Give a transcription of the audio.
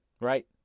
Right